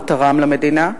והוא תרם למדינה,